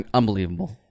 unbelievable